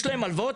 יש להם הלוואות,